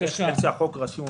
להבהיר מה כתוב בחוק.